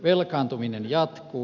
velkaantuminen jatkuu